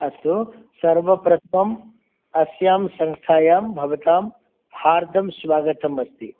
अस्तु सर्वप्रथमम् अस्यां संख्यायां भवतां हार्दं स्वागतम् अस्ति